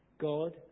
God